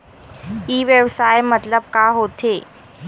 ई व्यवसाय मतलब का होथे?